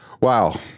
Wow